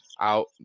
out